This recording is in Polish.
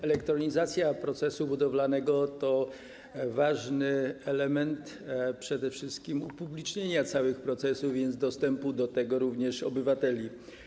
Elektronizacja procesu budowlanego to ważny element przede wszystkim upublicznienia całych procesów, a więc również dostępu do tego obywateli.